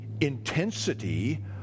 intensity